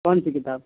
کون سی کتاب